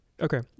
Okay